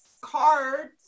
cards